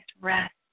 Rest